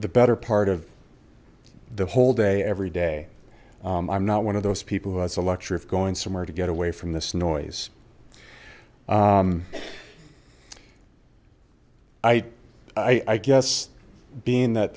the better part of the whole day every day i'm not one of those people who has a luxury of going somewhere to get away from this noise i i guess being that